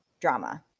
drama